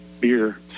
beer